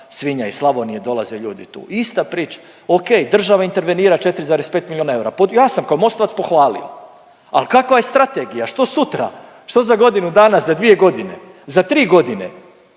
svinja iz Slavonije dolaze ljudi tu. Ista priča. O.k. Država intervenira 4,5 milijona eura. Ja sam kao Mostovac pohvalio. Ali kakva je strategija? Što sutra? Što za godinu dana? Za dvije godine? Za tri godine?